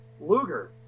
luger